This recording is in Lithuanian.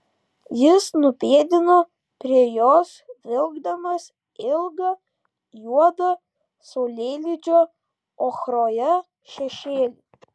jis nupėdino prie jos vilkdamas ilgą juodą saulėlydžio ochroje šešėlį